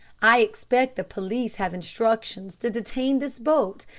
i expect the police have instructions to detain this boat,